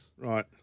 Right